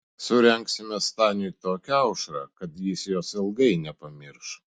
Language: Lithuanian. surengsime staniui tokią aušrą kad jis jos ilgai nepamirš